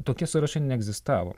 tokie sąrašai neegzistavo